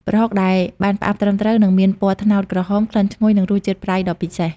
ប្រហុកដែលបានផ្អាប់ត្រឹមត្រូវនឹងមានពណ៌ត្នោតក្រហម ក្លិនឈ្ងុយ និងរសជាតិប្រៃដ៏ពិសេស។